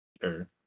Sure